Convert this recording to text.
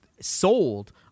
sold